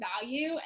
value